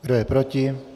Kdo je proti?